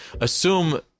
assume